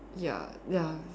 ya ya